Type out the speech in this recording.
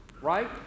right